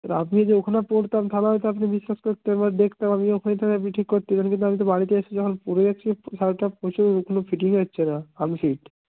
এবার আপনি যদি ওখানে পরতাম তাহলে হয়তো আপনি বিশ্বাস করতেন বা দেখতাম আমিও ওখানে তালে আপনি ঠিক করতেন এদিকে আমি তো বাড়িতে এসে যখন পরে দেখছি শার্টটা প্রচুর ওখানে ফিটিংই হচ্ছে না আনফিট